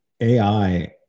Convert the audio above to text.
AI